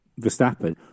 Verstappen